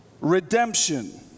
redemption